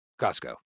Costco